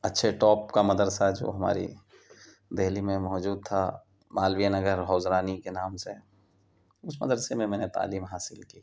اچھے ٹاپ کا مدرسہ جو ہمارے دہلی میں موجود تھا مالویہ نگر حوض رانی کے نام سے اس مدرسے میں میں نے تعلیم حاصل کی